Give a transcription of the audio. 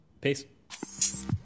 Peace